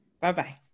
Bye-bye